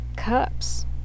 cups